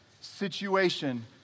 situation